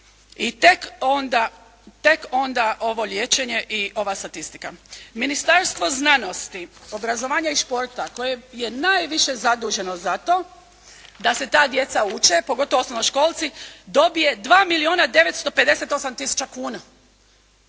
I tek onda ovo liječenje i ova statistika. Ministarstvo znanosti, obrazovanja i športa koje je najviše zaduženo za to da se ta djeca uče, pogotovo osnovnoškolci dobije 2 milijuna 958 tisuća kuna.